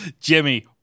Jimmy